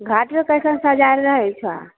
घाट पे कैसन सजायल रहै छौ